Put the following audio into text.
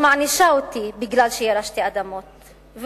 מענישה אותי מכיוון שירשתי אדמות,